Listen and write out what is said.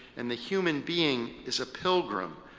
and the human being is a pilgrim,